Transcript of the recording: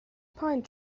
pine